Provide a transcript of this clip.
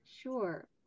Sure